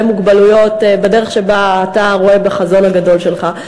מוגבלויות בדרך שאתה רואה בחזון הגדול שלך,